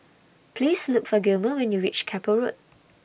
Please Look For Gilmer when YOU REACH Keppel Road